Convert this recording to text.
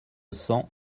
cents